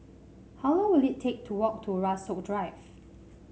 how long will it take to walk to Rasok Drive